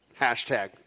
Hashtag